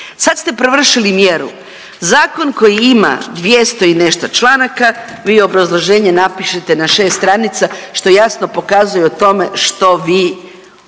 Sad ste prevršili mjeru. Zakon koji ima 200 i nešto članaka vi obrazloženje napišete na šest stranica što jasno pokazuje o tome što vi i